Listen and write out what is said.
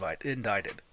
indicted